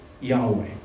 Yahweh